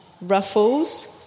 Ruffles